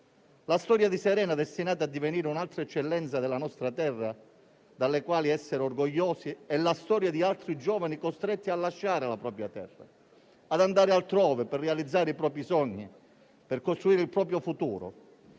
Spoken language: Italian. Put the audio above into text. La storia di Serena è destinata a divenire un'altra eccellenza della nostra terra della quale essere orgogliosi; è la storia di altri giovani costretti a lasciare la propria terra, ad andare altrove per realizzare i propri sogni, per costruire il proprio futuro;